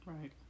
Right